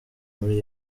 muri